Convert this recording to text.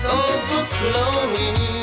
overflowing